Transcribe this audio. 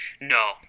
No